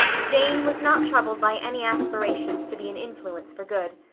jane was not troubled by any aspirations to be an influence for good.